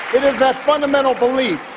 it is that fundamental belief,